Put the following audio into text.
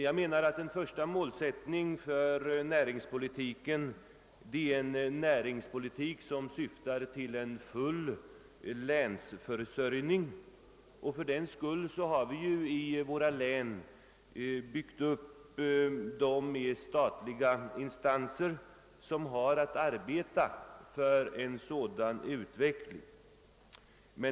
Jag menar att en första målsättning för näringspolitiken är att den skall syfta till en fullt täckande länsförsörjning. Vi har också fördenskull i våra län byggt upp de statliga instanser, som har att arbeta för en sådan utveckling.